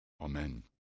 Amen